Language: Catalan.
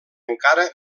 encara